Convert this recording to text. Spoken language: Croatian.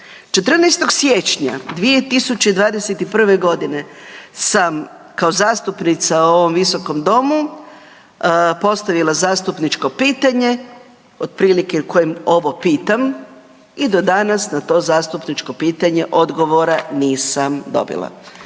14. siječnja 2021.g. sam kao zastupnica u ovom visokom domu postavila zastupničko pitanje otprilike u kojem ovo pitam i do danas na to zastupničko pitanje odgovore nisam dobila.